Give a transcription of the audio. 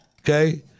Okay